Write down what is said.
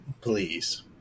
Please